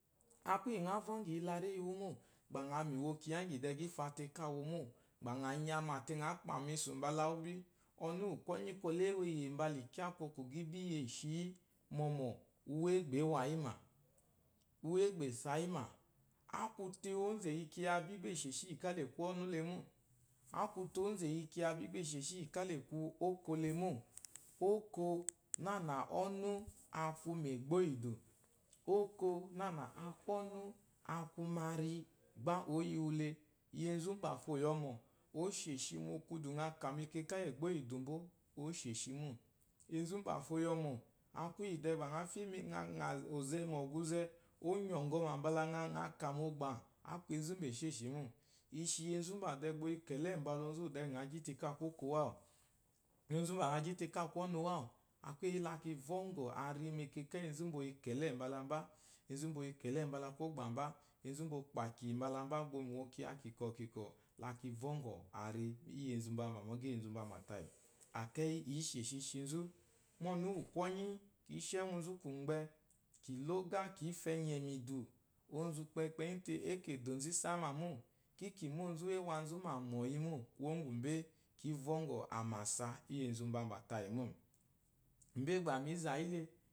Á kwu íyì ŋa vɔ́ŋgɔ̀ iyilaréyi wú mô, gbà ŋa kù wo kyiya íŋgí i fa te káa wo mô, gbà ŋa nyamà te ŋǎ kpà mesù mbala wú bí, ɔnu úwù kwɔ́nyí kwɔlɛ, éwèyè mbala ìkyákwòkwò gbá i bí yê shi yí, mɔmɔ̀, uwé gbá ě wa yí mà? Uwé gbà è sa yí mà. A kwu te, ónzù è yi kyiya bí gbà è shèshi íyì ká la è kwu ɔ́nú le mô, a kwu te, ónzù è yi kyiya bí gbà è shèshi íyì ká la è kwu óko le mô. Óko nânà ɔ́nú a kwu mègbó íyì ídù, óko nânà a kwu ɔ́nú a kwu mu ari gbá ǒ yi wu le. Yi enzu úmbàfo ò yi ɔmɔ̀, oó shèshi mu kwudù ŋa kà mɛkɛkà íyì ègbó íyì ìdù mbó, oó shèshi mô. Enzu úmbàfo o yi ɔmɔ̀, a kwu íyì dɛɛ gbà, ò zɛ mu ò gwuzɛ, oó nyɔ̀ŋgɔmà mbala ŋa kà mu ɔgbà á kwu enzu úmbà èshêshì mô. I shi enzu úmbà dɛɛ gba o yi kɛ̀lɛ̂ mbala onzu úwù dbà ŋa gyi te ká a kwu óko wú àwù, onzú gbà ŋa gyi te ká a kwu ɔ́núu àwu, a kwu éyi yí la ki vɔ́ŋgɔ̀ ari mɛkɛkà íyì enzu úmbá o yi kɛ̀lɛ̂ mbala mbà, enzu úmbá o yi kɛ̀lɛ̂ mbala mbà ó pwà mbá, enzu úmbà o kpà kì mbala mbá gbá ò yi mìwo kyiya kìkɔ̀ kìkɔ̀, la ki vɔ́ŋgɔ̀ ari íyì enzu mbambà mɛkɛkà íyì enzu mbambà tayì. À kɛ́yí ǐ shèshì shi nzú. Mó ɔnu úwù kwɔ́nyí kǐ shi ɛ́ŋgwúu nzú kwùmgbɛ, kì ló ógá kǐ fu ɛnyɛ̀ mìdù. Onzu ùkpɛkpɛnyí te, é kè dò nzú ísámà mó, kí kì má onzu úwù é wa nzú mà mɔ̀yi mô, mó ǹ dé kí vɔ́ŋgɔ̀ àmàsa íyì enzu mbámbà tayì mô,